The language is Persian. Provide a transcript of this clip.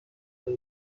هجده